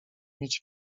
mieć